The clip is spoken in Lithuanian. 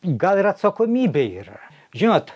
gal ir atsakomybė yra žinot